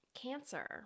cancer